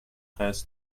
has